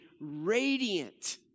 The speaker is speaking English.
radiant